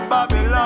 Babylon